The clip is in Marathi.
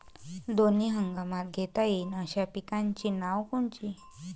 दोनी हंगामात घेता येईन अशा पिकाइची नावं कोनची?